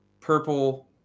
purple